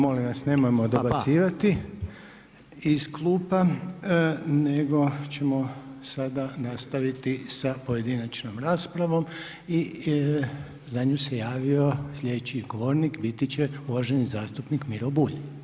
Molim vas nemojmo dobacivati iz klupa, nego ćemo sada nastaviti sa pojedinačnom raspravom i za nju se javio sljedeći govornik, biti će uvaženi zastupnik Miro Bulj.